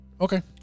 Okay